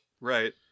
Right